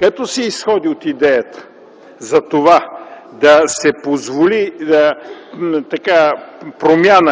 като се изходи от идеята, за това да се позволи